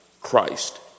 Christ